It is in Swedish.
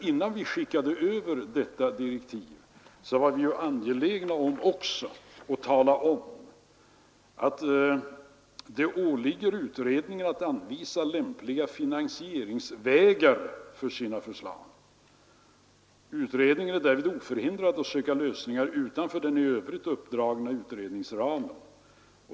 Innan vi skickade över detta direktiv var vi också angelägna att tala om att det åligger utredningen att anvisa lämpliga finansieringsvägar för sina förslag. Utredningen är därvid oförhindrad att söka lösningar utanför den i övrigt uppdragna utredningsramen.